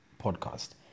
podcast